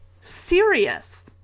serious